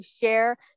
share